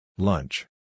Lunch